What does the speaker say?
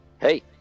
hey